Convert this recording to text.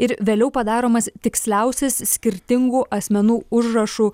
ir vėliau padaromas tiksliausias skirtingų asmenų užrašų